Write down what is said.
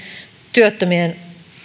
työttömien